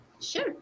Sure